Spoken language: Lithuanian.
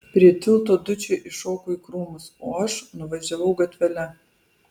prie tilto dučė iššoko į krūmus o aš nuvažiavau gatvele